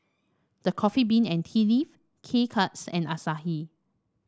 The Coffee Bean and Tea Leaf K Cuts and Asahi